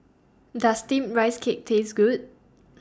Does Steamed Rice Cake Taste Good